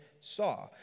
saw